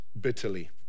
bitterly